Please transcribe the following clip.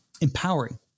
empowering